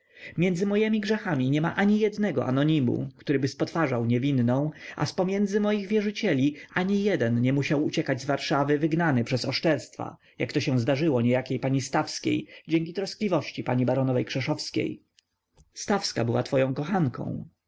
między mojemi grzechami niema ani jednego anonimu któryby spotwarzał niewinną a zpomiędzy moich wierzycieli ani jeden nie musiał uciekać z warszawy wygnany przez oszczerstwa jak się to zdarzyło niejakiej pani stawskiej dzięki troskliwości pani baronowej krzeszowskiej stawska była twoją kochanką